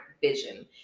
vision